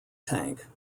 tank